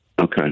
Okay